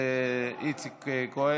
את איציק כהן.